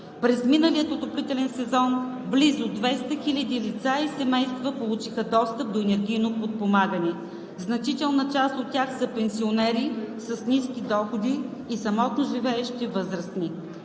През миналия отоплителен сезон близо 200 хиляди лица и семейства получиха достъп до енергийно подпомагане. Значителна част от тях са пенсионери с ниски доходи и самотно живеещи българи.